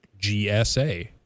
GSA